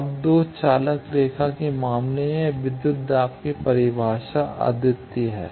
अब 2 चालक रेखा के मामले में यह विद्युत दाब परिभाषा अद्वितीय है